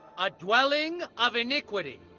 a dwelling of iniquity,